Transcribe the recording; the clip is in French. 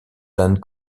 d’anne